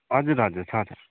हजुर हजुर छ छ